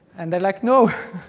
and they're like, no.